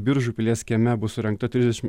biržų pilies kieme bus surengta trisdešim